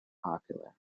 popular